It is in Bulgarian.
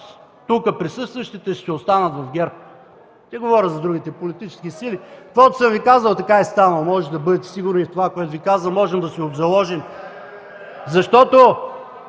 тук присъстващите ще останат в ГЕРБ. Не говоря за другите политически сили. Каквото съм Ви казвал, така е станало. Можете да бъдете сигурни в това, което Ви говоря. Можем да се обзаложим. Както